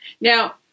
Now